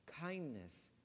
kindness